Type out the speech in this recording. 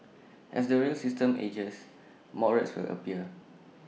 as the rail system ages more rats will appear